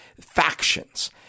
factions